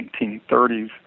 1930s